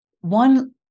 one